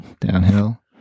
downhill